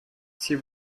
sie